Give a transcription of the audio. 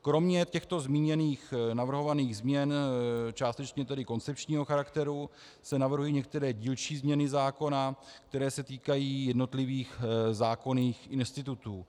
Kromě těchto zmíněných navrhovaných změn, částečně tedy koncepčního charakteru, se navrhují některé dílčí změny zákona, které se týkají jednotlivých zákonných institutů.